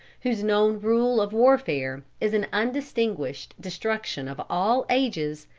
whose known rule of warfare is an undistinguished destruction of all ages,